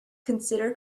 consider